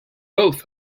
both